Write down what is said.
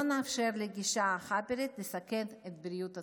נאפשר לגישה החאפרית לסכן את בריאות הציבור.